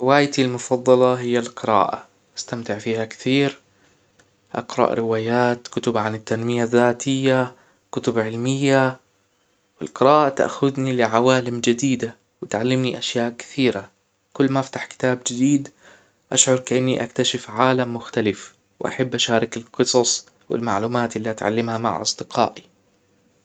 هوايتى المفضله هى القراءه أستمتع فيها كتير أقراء روايات كتب عن التنميه الذاتيه كتب علميه القراءه تأخذنى لعوالم جديدة وتعلمنى أشياء كثيرة كل ما افتح كتاب جديد أشعر كأني اكتشف عالم مختلف وأحب أشارك القصص والمعلومات اللى أتعلمها مع أصدقائى